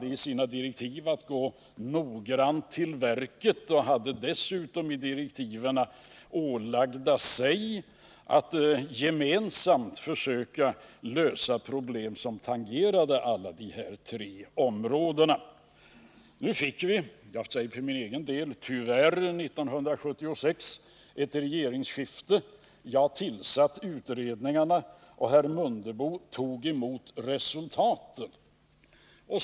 Utredningarna hade direktiv om att gå noggrant till verket. De ålades dessutom i direktiven att gemensamt försöka lösa problem som tangerade alla dessa tre områden. Så fick vi — jag säger för min egen del tyvärr — 1976 ett regeringsskifte. Jag tillsatte utredningarna, och herr Mundebo tog emot resultaten.